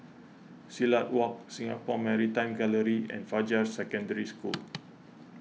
Silat Walk Singapore Maritime Gallery and Fajar Secondary School